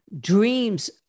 dreams